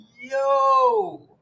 yo